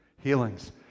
Healings